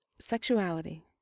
sexuality